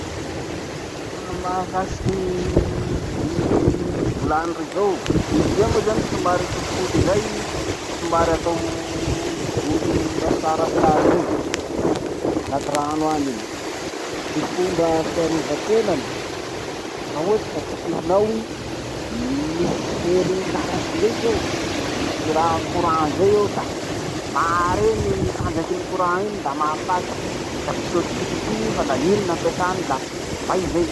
Laha mahakasiky biby volany rey zao, izy zay moa zany somary fotifoty zay i somary atao volo rasta rasta zay anaty rano any iny. Ty fomba fiarovatenany, laha ohatsy ka kitihinao i, misy herinaratsy zay ty ao, misy raha courant zay la mare ny tanjakin'ny courant da mahafaty. Ka tsy soa kitikitihy fa la iny ny ampesany la may zay.